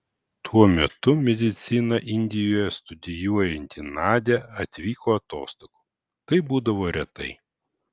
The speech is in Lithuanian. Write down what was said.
tuo metu mediciną indijoje studijuojanti nadia atvyko atostogų tai būdavo retai